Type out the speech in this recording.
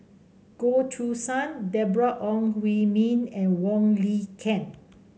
Goh Choo San Deborah Ong Hui Min and Wong Lin Ken